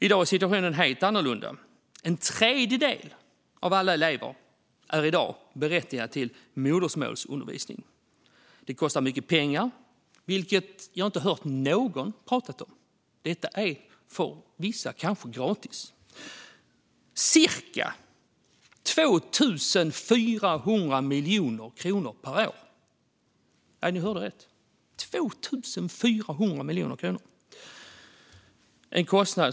I dag är situationen helt annorlunda. En tredjedel av alla elever är i dag berättigade till modersmålsundervisning. Det kostar mycket pengar, vilket jag inte har hört någon prata om. För vissa är det kanske gratis, men kommunerna har en kostnad på cirka 2 400 miljoner kronor per år. Ja, ni hörde rätt: 2 400 miljoner kronor!